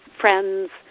friends